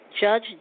Judge